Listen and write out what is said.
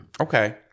Okay